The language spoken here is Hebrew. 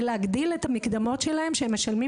ולהגדיל את המקדמות שהם משלמים